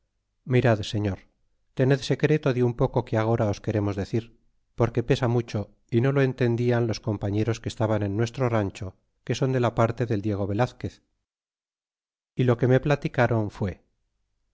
mirad señor tened secreto de un pocoque agora os queremos decir porque pesa mucho y no lo entendian los compañeros que estan en vuestro rancho que son de la parte deldiego velazquez y lo que me platicron fué